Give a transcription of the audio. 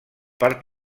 part